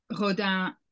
Rodin